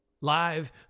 live